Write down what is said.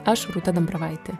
aš rūta dambravaitė